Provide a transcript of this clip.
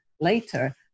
later